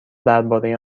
درباره